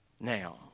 now